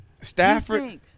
Stafford